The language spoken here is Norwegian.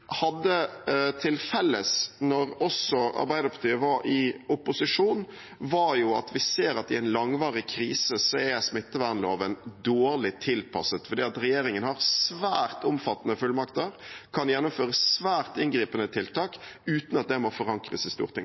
hadde til felles da også Arbeiderpartiet var i opposisjon, var at vi ved en langvarig krise, ser at smittevernloven er dårlig tilpasset, fordi regjeringen har svært omfattende fullmakter og kan gjennomføre svært inngripende tiltak uten at det må forankres i Stortinget.